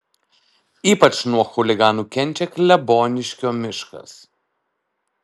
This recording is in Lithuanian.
ypač nuo chuliganų kenčia kleboniškio miškas